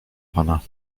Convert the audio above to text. pana